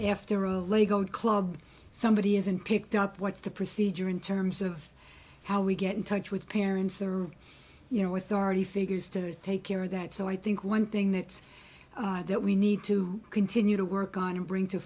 after all a gold club somebody is in picked up what's the procedure in terms of how we get in touch with parents or you know authority figures to take care of that so i think one thing that that we need to continue to work on and bring to